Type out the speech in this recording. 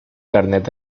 carnet